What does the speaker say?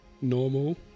Normal